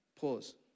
Pause